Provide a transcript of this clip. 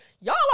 y'all